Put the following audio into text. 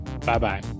Bye-bye